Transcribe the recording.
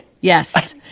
Yes